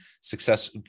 success